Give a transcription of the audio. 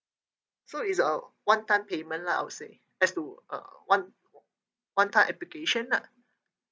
so is a one time payment lah I'll say as to uh one one time application lah